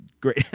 Great